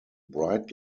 bright